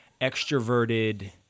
extroverted